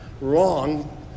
wrong